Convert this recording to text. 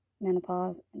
menopause